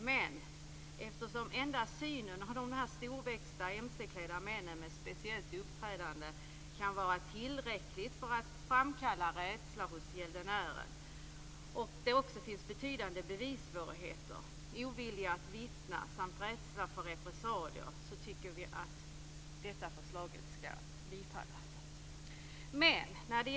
Men eftersom redan synen av de här storväxta, mc-klädda männen med ett speciellt uppträdande kan vara tillräcklig för att framkalla rädsla hos gäldenärer och det också finns betydande bevissvårigheter, ovilja att vittna samt rädsla för repressalier tycker vi att detta förslag skall bifallas.